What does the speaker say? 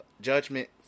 Judgment